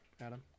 Adam